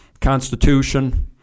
Constitution